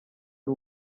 ari